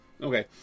Okay